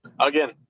again